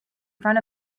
front